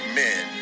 men